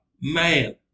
Man